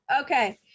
Okay